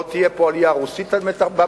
לא תהיה פה עלייה רוסית בעתיד,